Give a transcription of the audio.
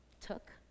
took